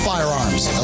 Firearms